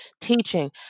teaching